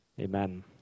Amen